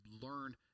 learn